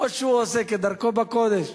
כמו שהוא עושה כדרכו בקודש.